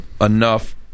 enough